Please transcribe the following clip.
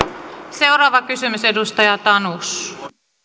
seuraava kysymys edustaja tanus